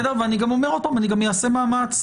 אעשה מאמץ,